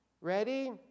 Ready